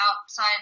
outside